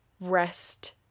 rest